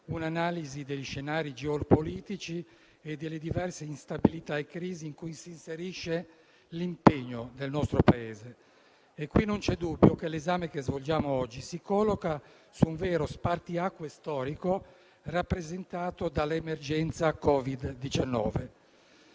un'analisi degli scenari geopolitici e delle diverse instabilità e crisi in cui si inserisce l'impegno del nostro Paese. Qui non c'è dubbio che l'esame che svolgiamo oggi si collochi su un vero spartiacque storico, rappresentato dall' emergenza Covid-19.